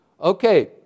Okay